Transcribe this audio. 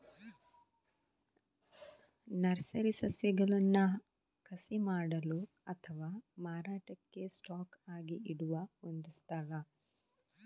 nursery ಸಸ್ಯಗಳನ್ನ ಕಸಿ ಮಾಡಲು ಅಥವಾ ಮಾರಾಟಕ್ಕೆ ಸ್ಟಾಕ್ ಆಗಿ ಇಡುವ ಒಂದು ಸ್ಥಳ